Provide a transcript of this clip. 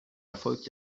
erfolgt